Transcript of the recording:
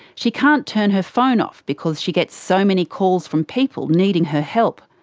she can't turn her phone off because she gets so many calls from people needing her help.